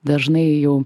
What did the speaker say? dažnai jų